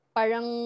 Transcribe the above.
parang